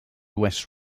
west